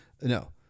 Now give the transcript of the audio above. No